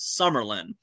Summerlin